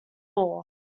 all